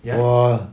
我